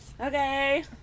Okay